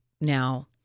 now